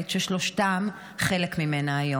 ששלושתם חלק ממנה היום,